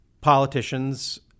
politicians